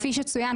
כפי שצוין,